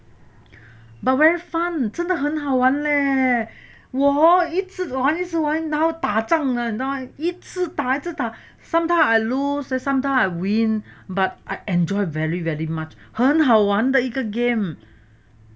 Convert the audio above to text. but very fun 真的很好玩我一直玩一直玩然后打仗啊你知道吗一直打一直打 sometime I lose then sometime I win but I enjoy very very much 很好玩的一个 game